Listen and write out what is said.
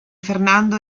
fernando